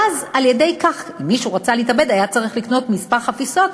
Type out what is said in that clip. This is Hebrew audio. ועל-ידי כך אם מישהו רצה להתאבד הוא היה צריך לקנות כמה חפיסות,